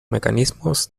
mecanismos